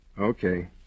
Okay